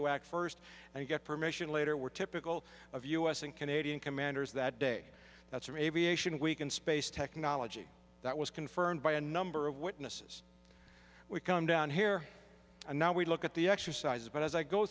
to act first and get permission later were typical of us and canadian commanders that day that's an aviation week and space technology that was confirmed by a number of witnesses we come down here and now we look at the exercises but as i go